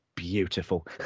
beautiful